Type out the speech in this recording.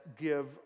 give